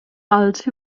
alts